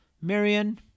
Marion